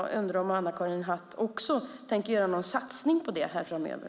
Tänker Anna-Karin Hatt göra någon satsning på det framöver?